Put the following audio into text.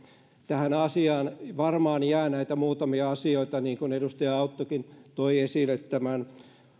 tähän varmaan jää näitä muutamia asioita niin kuin edustaja auttokin toi esille